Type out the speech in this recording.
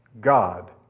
God